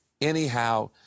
anyhow